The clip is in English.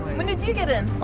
when did you get in?